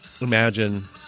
imagine